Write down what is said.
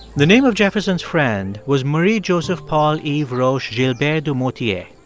the name of jefferson's friend was marie-joseph paul yves roch gilbert du motier.